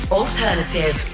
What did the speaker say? alternative